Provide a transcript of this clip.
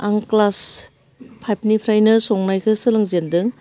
आं क्लास फाइभनिफ्रायनो संनायखौ सोलोंजेनदों